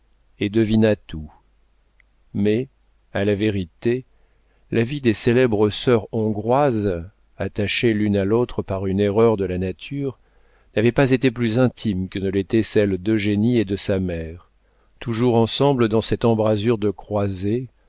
et devina tout mais à la vérité la vie des célèbres sœurs hongroises attachées l'une à l'autre par une erreur de la nature n'avait pas été plus intime que ne l'était celle d'eugénie et de sa mère toujours ensemble dans cette embrasure de croisée